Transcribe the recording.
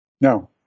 No